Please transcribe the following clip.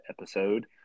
episode